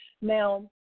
Now